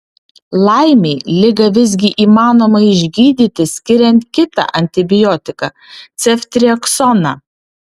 laimei ligą visgi įmanoma išgydyti skiriant kitą antibiotiką ceftriaksoną